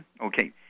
Okay